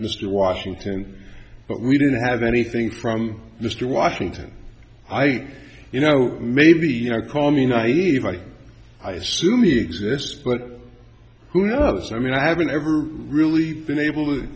mr washington but we didn't have anything from mr washington i think you know maybe you know call me naive i assume exists but who knows i mean i haven't ever really been able to